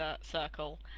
circle